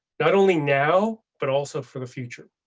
not only now, but also for the future.